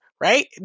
Right